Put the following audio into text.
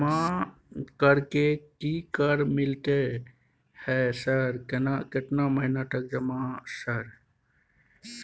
जमा कर के की कर मिलते है सर केतना महीना तक जमा सर?